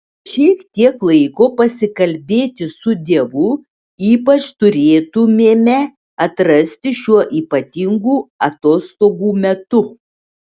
šiek tiek laiko pasikalbėti su dievu ypač turėtumėme atrasti šiuo ypatingu atostogų metu